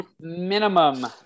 Minimum